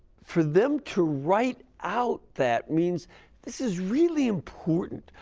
for them to write out that means this is really important.